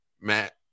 Matt